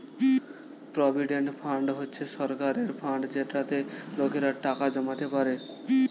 provident fund হচ্ছে সরকারের fund যেটাতে লোকেরা টাকা জমাতে পারে